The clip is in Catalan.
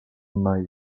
mai